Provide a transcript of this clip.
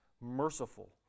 merciful